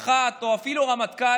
מח"ט או אפילו רמטכ"ל,